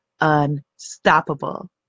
unstoppable